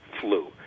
flu